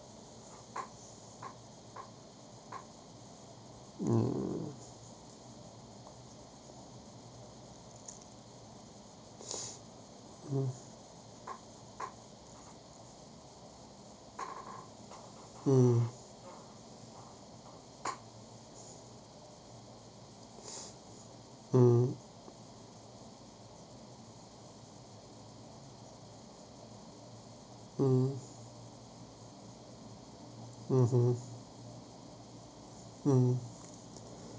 mm mm mm mm mmhmm mm